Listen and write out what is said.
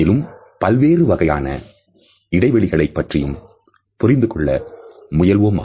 மேலும் பல்வேறு வகையான இடைவெளிகளை பற்றியும் புரிந்துகொள்ளப் முயல்வோமாக